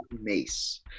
mace